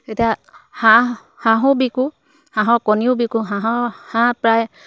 তেতিয়া হাঁহ হাঁহো বিকো হাঁহৰ কণীও বিকো হাঁহৰ হাঁহ প্ৰায়